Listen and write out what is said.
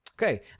Okay